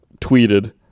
tweeted